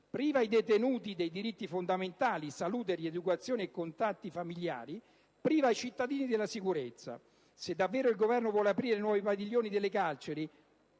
priva i detenuti dei diritti fondamentali (salute e rieducazione e contatti familiari); priva i cittadini della sicurezza. Se davvero il Governo vuole aprire nuovi padiglioni delle carceri